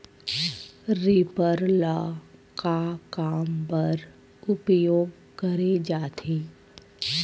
Reaper ल का काम बर उपयोग करे जाथे?